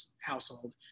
household